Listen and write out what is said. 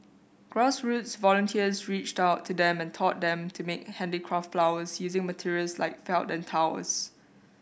grassroots volunteers reached out to them and taught them to make handicraft flowers using materials like felt and towels